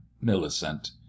Millicent